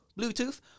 Bluetooth